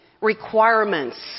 requirements